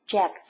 ,Jack